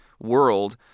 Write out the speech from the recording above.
world